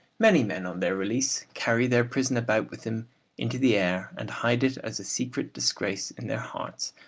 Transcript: many men on their release carry their prison about with them into the air, and hide it as a secret disgrace in their hearts,